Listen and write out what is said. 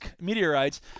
meteorites